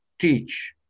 teach